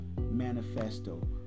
Manifesto